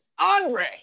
andre